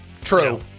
true